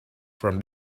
from